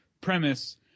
premise